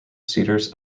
cedars